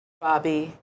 Bobby